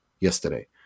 yesterday